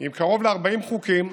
עם קרוב ל-40 חוקים,